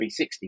360